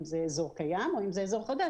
אם זה אזור קיים ואם זה אזור חדש,